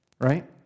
right